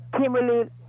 Kimberly